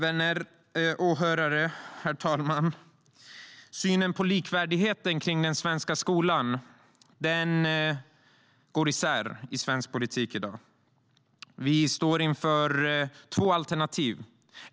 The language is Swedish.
Vänner! Åhörare! Synen på likvärdigheten i den svenska skolan går isär i svensk politik i dag. Vi står inför två alternativ.